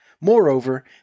Moreover